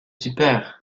super